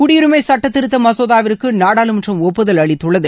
குடியுரிமைச் சுட்டத் திருத்த மசோதாவிற்கு நாடாளுமன்றம் ஒப்புதல் அளித்துள்ளது